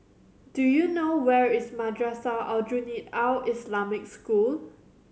do you know where is Madrasah Aljunied Al Islamic School